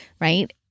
right